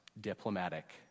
diplomatic